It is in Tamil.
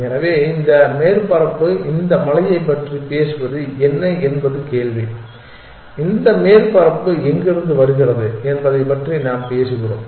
எனவே இந்த மேற்பரப்பு இந்த மலையைப் பற்றி பேசுவது என்ன என்பது கேள்வி இந்த மேற்பரப்பு எங்கிருந்து வருகிறது என்பதைப் பற்றி நாம் பேசுகிறோம்